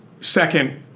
Second